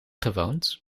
gewoond